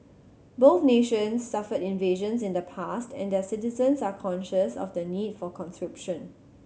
both nations suffered invasions in the past and their citizens are conscious of the need for conscription